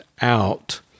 out